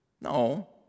No